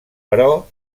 però